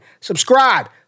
subscribe